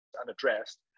unaddressed